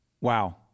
Wow